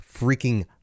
freaking